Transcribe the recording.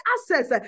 Access